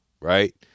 right